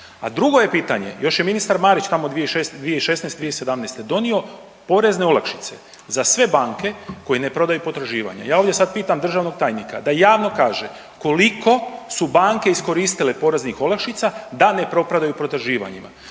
A drugo je pitanje, još je ministar Marić tamo 2016., 2017. donio porezne olakšice za sve banke koje ne prodaju potraživanja. Ja ovdje sad pitam državnog tajnika da javno kaže koliko su banke iskoristile poreznih olakšica da ne .../Govornik